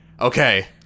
Okay